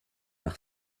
par